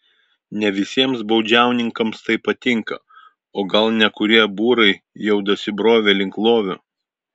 ne visiems baudžiauninkams tai patinka o gal nekurie būrai jau dasibrovė link lovio